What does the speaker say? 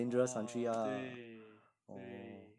ah 对对